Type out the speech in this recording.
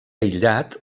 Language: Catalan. aïllat